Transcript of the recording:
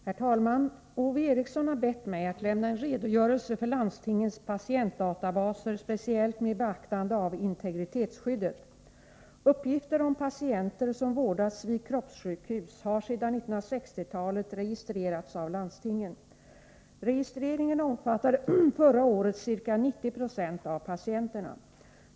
Herr talman! Ove Eriksson har bett mig att lämna en redogörelse för landstingens patientdatabaser speciellt med beaktande av integritetsskyddet. Uppgifter om patienter som vårdats vid kroppssjukhus har sedan 1960-talet registrerats av landstingen. Registreringen omfattade förra året ca 9090 av patienterna.